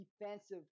defensive